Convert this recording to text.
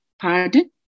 pardon